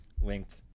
length